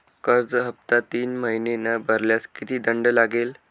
कर्ज हफ्ता तीन महिने न भरल्यास किती दंड लागेल?